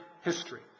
history